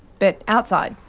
but outside.